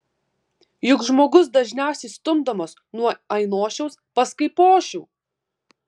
juk žmogus dažniausiai stumdomas nuo ainošiaus pas kaipošių